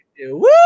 Woo